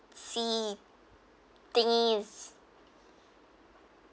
see things